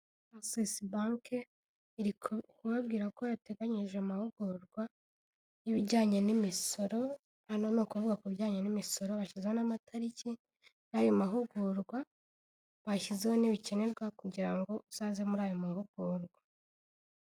CIS bank iri kubabwira ko yateganyije amahugurwa y'ibijyanye n'imisoro an ni ukuvuga ku bijyanye n'imisoro bashyiho n'amatariki y'ayo mahugurwa washyizezweho ntibikenerwa kugira ngo uzaze muri ayo mahugurwa.